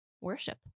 worship